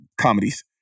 comedies